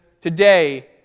today